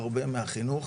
הרבה מהחינוך